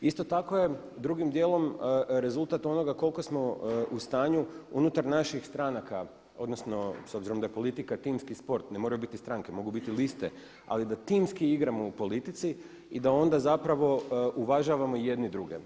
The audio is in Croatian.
Isto tako je drugim dijelom rezultat onoga koliko smo u stanju unutar naših stranaka, odnosno s obzirom da je politika timski sport, ne moraju biti stranke, mogu biti liste ali da timski igramo u politici i da onda zapravo uvažavamo jedni druge.